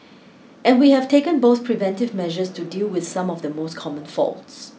and we have taken both preventive measures to deal with some of the most common faults